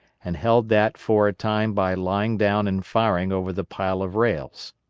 and held that for a time by lying down and firing over the pile of rails.